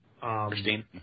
Christine